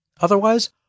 Otherwise